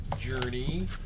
journey